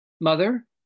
Mother